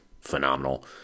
phenomenal